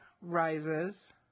rises